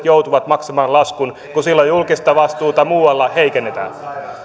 joutuvat maksamaan laskun kun silloin julkista vastuuta muualla heikennetään